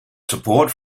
support